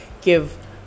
give